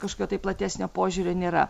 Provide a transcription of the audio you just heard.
kažkokio tai platesnio požiūrio nėra